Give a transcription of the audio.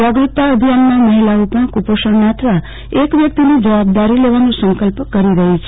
જાગૃતતા અભિયાનમાં મહિલાઓ પણ કુપોષણ નાથવા એક વ્યક્તિની જવાબદારી લેવાનો સંકલ્પ કરી રહી છે